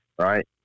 right